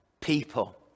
people